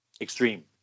extreme